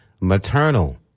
maternal